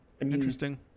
Interesting